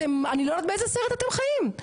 אתם אני לא יודעת באיזה סרט אתם חיים,